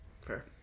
Fair